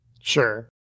Sure